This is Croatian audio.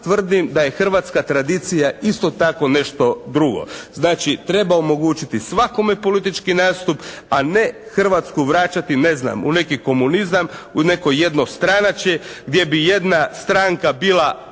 tvrdim da je hrvatska tradicija isto tako nešto drugo. Znači treba omogućiti svakome politički nastup a ne Hrvatsku vraćati ne znam u neki komunizam, u neko jednostranačje gdje bi jedna stranka bila